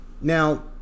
Now